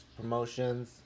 promotions